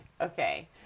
okay